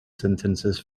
sentences